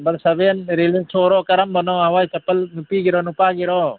number seven ꯔꯤꯂꯦꯛꯁꯁꯣꯔꯣ ꯀꯔꯝꯕꯅꯣ ꯍꯋꯥꯏ ꯆꯄꯜ ꯅꯨꯄꯤꯒꯤꯔꯣ ꯅꯨꯄꯥꯒꯤꯔꯣ